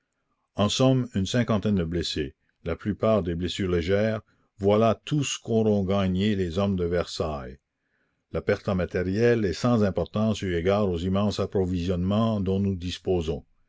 en somme une cinquantaine de blessés la plupart des blessures légères voilà tout ce qu'auront gagné les hommes de versailles la perte en matériel est sans importance eu égard aux immenses approvisionnements dont nous disposons